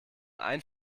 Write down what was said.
ein